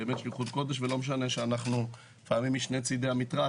לא משנה שאנחנו לעתים משני צדי המתרס,